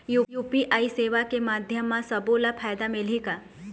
UPI सेवा के माध्यम म सब्बो ला फायदा मिलही का?